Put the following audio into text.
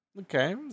Okay